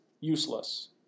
useless